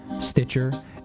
Stitcher